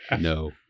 No